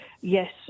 yes